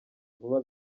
vuba